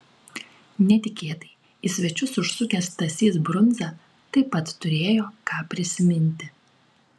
netikėtai į svečius užsukęs stasys brundza taip pat turėjo ką prisiminti